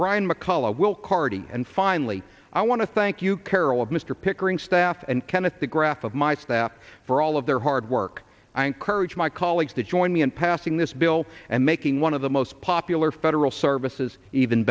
brian mccullough will carty and finally i want to thank you carol of mr pickering staff and kenneth the graph of my staff for all of their hard work i encourage my colleagues to join me in passing this bill and making one of the most popular federal services even